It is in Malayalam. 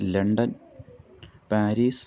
London Paris